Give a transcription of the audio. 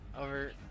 over